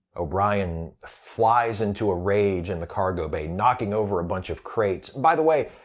o'brien flies into a rage in the cargo bay, knocking over a bunch of crates by the way,